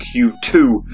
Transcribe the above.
Q2